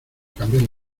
cambiar